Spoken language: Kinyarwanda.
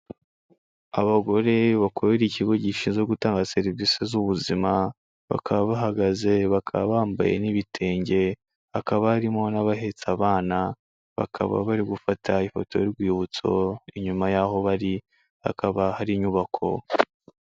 Abagore bakorera ikigo gishinzwe gutanga serivisi z'ubuzima, bakaba bahagaze, bakaba bambaye n'ibitenge, hakaba harimo n'abahetse abana, bakaba bari gufata ifoto y'urwibutso, inyuma yaho bari hakaba hari inyubako.